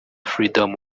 freedom